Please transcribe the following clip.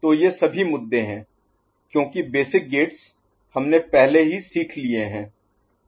तो ये सभी मुद्दे हैं क्योंकि बेसिक गेट्स हमने पहले ही सीख लिए हैं